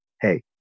hey